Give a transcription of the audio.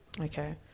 Okay